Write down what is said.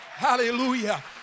Hallelujah